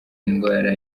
indwara